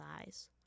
eyes